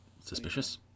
suspicious